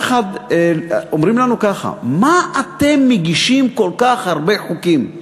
אומרים לנו ככה: מה אתם מגישים כל כך הרבה חוקים?